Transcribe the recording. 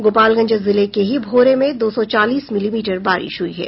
गोपालगंज जिले के ही भोरे में दो सौ चालीस मिलीमीटर बारिश हुई है